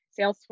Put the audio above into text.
Salesforce